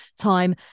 time